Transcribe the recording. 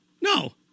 No